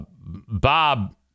Bob